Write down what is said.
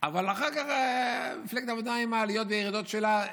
אבל אחר כך מפלגת העבודה, עם העליות והירידות שלה.